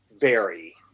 vary